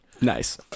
nice